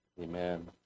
Amen